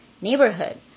neighborhood